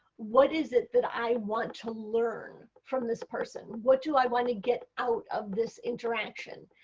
what is it that i want to learn from this person? what do i want to get out of this interaction?